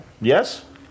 Yes